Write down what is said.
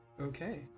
Okay